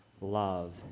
love